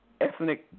ethnic